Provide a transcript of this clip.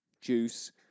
juice